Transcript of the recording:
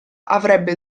avrebbe